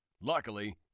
Luckily